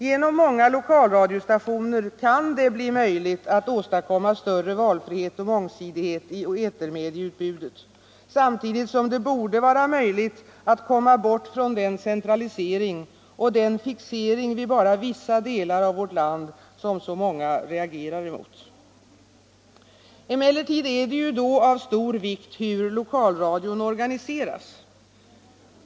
Genom många lokalradiostationer kan det bli möjligt att åstadkomma större valfrihet och mångsidighet i etermedieutbudet, samtidigt som det borde vara möjligt att komma bort från den centralisering och den fixering vid bara vissa delar av vårt land som så många reagerar emot. Emellertid är det då av stor vikt hur lokalradion organiseras.